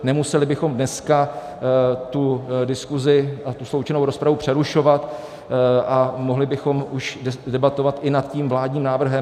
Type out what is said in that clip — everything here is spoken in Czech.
Nemuseli bychom dneska tu diskuzi a sloučenou rozpravu přerušovat a mohli bychom už debatovat i nad tím vládním návrhem.